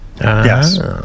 Yes